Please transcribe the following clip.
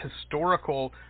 historical